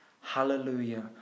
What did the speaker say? Hallelujah